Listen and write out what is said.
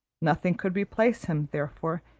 nothing could replace him, therefore,